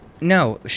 no